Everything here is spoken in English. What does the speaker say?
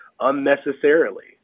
unnecessarily